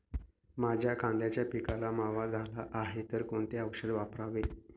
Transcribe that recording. माझ्या कांद्याच्या पिकाला मावा झाला आहे तर कोणते औषध वापरावे?